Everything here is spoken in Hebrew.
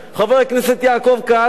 חבר הכנסת יעקב כץ,